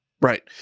Right